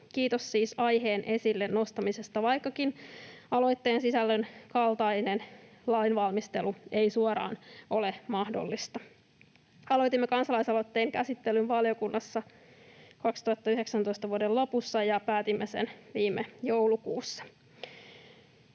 Kiitos siis aiheen esille nostamisesta, vaikkakaan aloitteen sisällön kaltainen lainvalmistelu ei suoraan ole mahdollista. Aloitimme kansalaisaloitteen käsittelyn valiokunnassa vuoden 2019 lopussa ja päätimme sen viime joulukuussa.